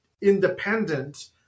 independent